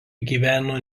gyveno